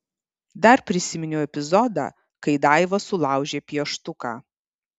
dar prisiminiau epizodą kai daiva sulaužė pieštuką